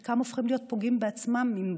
הופכים, חלקם, להיות פוגעים בעצמם עם בגרותם.